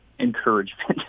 encouragement